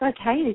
okay